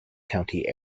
county